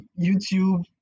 YouTube